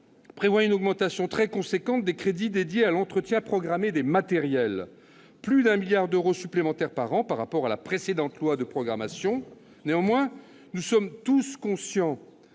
prévoit une augmentation très importante des crédits consacrés à l'entretien programmé des matériels : plus de 1 milliard d'euros supplémentaire par an par rapport à la précédente loi de programmation. Néanmoins, nous sommes tous conscients